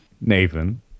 Nathan